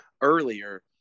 earlier